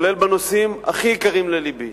כולל בנושאים הכי יקרים ללבי,